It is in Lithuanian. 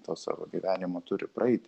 to savo gyvenimo turi praeiti